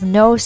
no